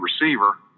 receiver